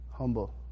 humble